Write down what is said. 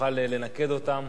שתוכל לנקד אותם.